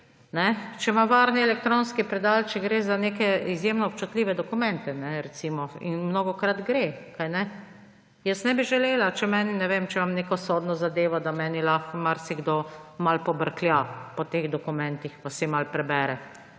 če ima varni elektronski predal, če gre recimo za neke izjemno občutljive dokumente. In mnogokrat gre, kajne? Jaz ne bi želela, ne vem, če imam neko sodno zadevo, da meni lahko marsikdo malo pobrklja po teh dokumentih pa si malo prebere,